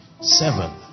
seven